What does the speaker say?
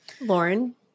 Lauren